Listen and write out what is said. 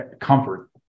comfort